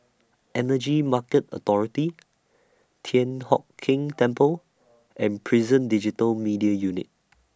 Energy Market Authority Thian Hock Keng Temple and Prison Digital Media Unit